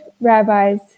rabbis